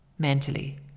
mentally